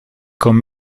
con